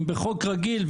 אם בחוק רגיל,